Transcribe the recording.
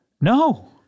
no